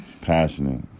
Passionate